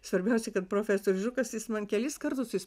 svarbiausia kad profesorius žukas jis man kelis kartus jis